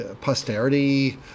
posterity